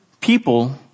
People